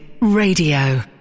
Radio